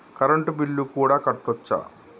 Current bill కూడా కట్టొచ్చా?